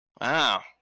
wow